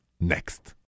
next